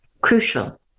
Crucial